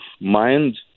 mind